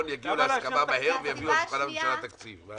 יגיעו להסכמה מהר ויביאו לשולחן הממשלה תקציב.